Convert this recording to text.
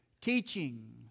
Teaching